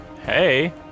Hey